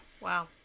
Wow